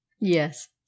yes